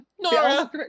Nora